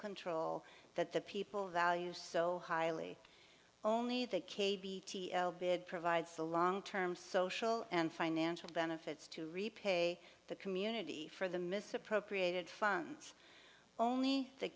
control that the people value so highly only the k b t l bid provides a long term social and financial benefits to repay the community for the misappropriated funds only the